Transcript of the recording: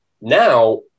now